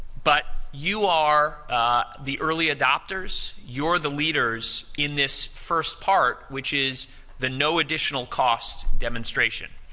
but you are the early adopters, you are the leaders in this first part, which is the no additional cost demonstration.